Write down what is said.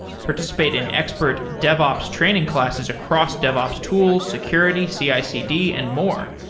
participate in expert devops training classes across devops tools, security, cicd and more,